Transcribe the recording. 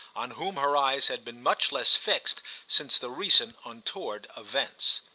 on whom her eyes had been much less fixed since the recent untoward events.